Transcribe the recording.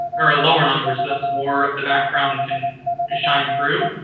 or a lower number so that more of the background can shine through.